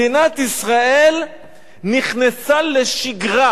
מדינת ישראל נכנסה לשגרה,